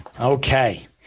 okay